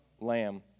lamb